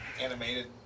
animated